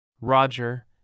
Roger